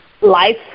life